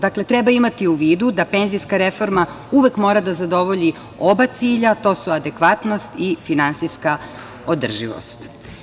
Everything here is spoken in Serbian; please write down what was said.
Dakle, treba imati u vidu da penzijska reforma uvek mora da zadovolji oba cilja, a to su adekvatnost i finansijska održivost.